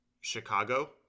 Chicago